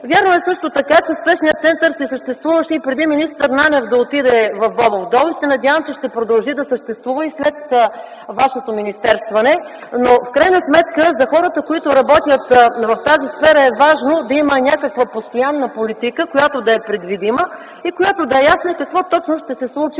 Вярно е, че спешният център си съществуваше и преди министър Нанев да отиде в Бобов дол. Надявам се, че ще продължи да съществува и след Вашето министерстване, но за хората, които работят в тази сфера, е важно да има някаква постоянна политика, която да е предвидима и да е ясно какво точно ще се случи